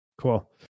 Cool